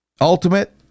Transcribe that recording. Ultimate